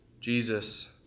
Jesus